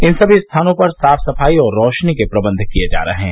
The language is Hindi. इन सभी स्थानों पर साफ सफाई और रोशनी के प्रबंध किये जा रहे हैं